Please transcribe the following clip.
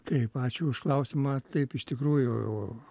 taip ačiū už klausimą taip iš tikrųjų